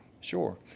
sure